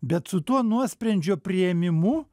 bet su tuo nuosprendžio priėmimu